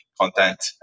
content